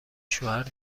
شوهر